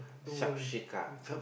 Subsuka